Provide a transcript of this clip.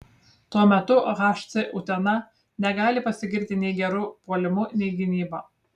tuo metu hc utena negali pasigirti nei geru puolimu nei gynyba